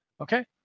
Okay